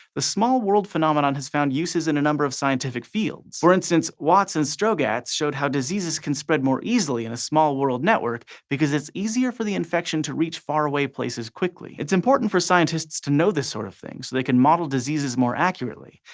the small world phenomenon has found uses in a number of scientific fields. for instance, watts and strogatz showed how diseases can spread more easily in a small world network because it's easier for the infection to reach faraway places quickly. it's important for scientists to know this sort of thing so they can model diseases more accurately,